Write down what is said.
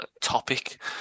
topic